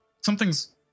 Something's